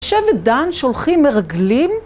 שבט דן שולחים מרגלים?